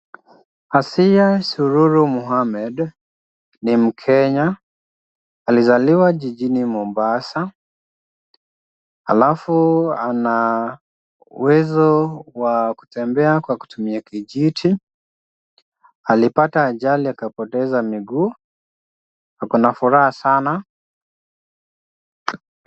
Asiya Sururu Mohammed ni mkenya. Alizaliwa jijini Mombasa, alafu ana uwezo wa kutembea akitumia kijiti. Alipata ajali akapoteza miguu. Ako na furaha sana.